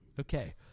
Okay